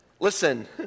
Listen